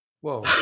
Whoa